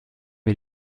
mir